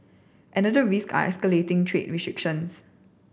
another risk are escalating trade restrictions